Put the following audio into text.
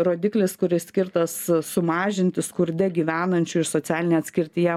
rodiklis kuris skirtas sumažinti skurde gyvenančių ir socialinėje atskirtyje